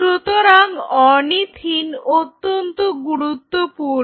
সুতরাং অরনিথিন অত্যন্ত গুরুত্বপূর্ণ